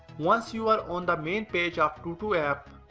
once you are on the main page of tutuapp,